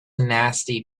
nasty